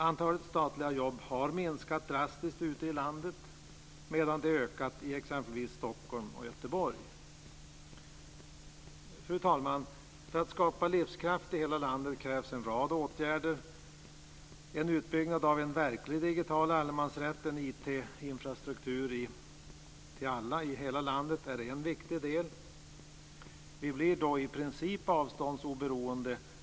Antalet statliga jobb har minskat drastiskt ute i landet, medan det skett en ökning i exempelvis Stockholm och Göteborg. Fru talman! För att skapa livskraft i hela landet krävs det en rad åtgärder. En utbyggnad av en verklig digital allemansrätt, en IT-infrastruktur till alla i hela landet, är en viktig del. Vi blir då i princip avståndsoberoende.